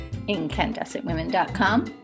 incandescentwomen.com